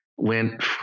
went